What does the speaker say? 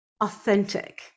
authentic